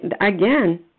again